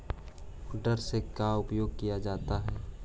Motor से का उपयोग क्या जाता है?